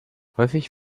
häufig